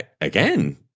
again